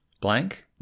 blank